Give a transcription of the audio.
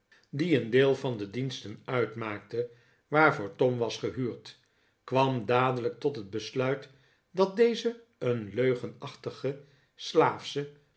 die een deel van de diensten uitmaakte waarvoor tom was gehuurd kwam dadelijk tot het besluit dat deze een leugenachtige